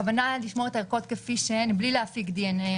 אני מבינה שהכוונה לשמור את הערכות כפי שהן בלי להפיק דנ"א,